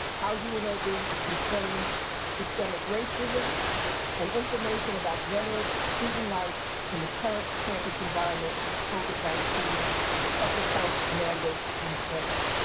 how you know unlv is confronting systemic racism and information about general student life in the current campus environment with covid nineteen public health mandates in place.